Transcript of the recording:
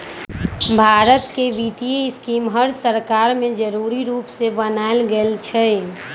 भारत के वित्तीय स्कीम हर सरकार में जरूरी रूप से बनाएल जाई छई